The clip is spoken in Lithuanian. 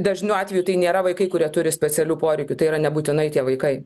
dažnu atveju tai nėra vaikai kurie turi specialių poreikių tai yra nebūtinai tie vaikai